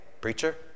Preacher